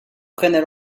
prennent